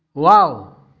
wow